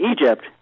Egypt